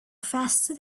faster